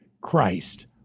Christ